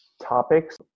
topics